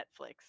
netflix